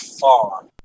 far